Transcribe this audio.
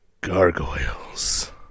gargoyles